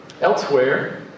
Elsewhere